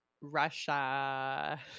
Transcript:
Russia